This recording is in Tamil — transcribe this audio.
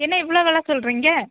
என்ன இவ்வளோ வெலை சொல்கிறீங்க